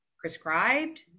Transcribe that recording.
prescribed